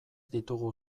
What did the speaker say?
ditugu